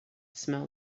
smell